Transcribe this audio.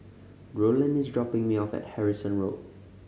Rowland is dropping me off at Harrison Road